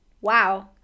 wow